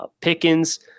Pickens